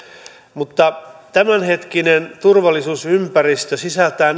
mutta tämänhetkinen turvallisuusympäristö sisältää